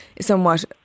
somewhat